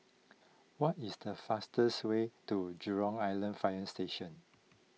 what is the fastest way to Jurong Island Fire Station